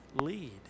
lead